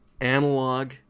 analog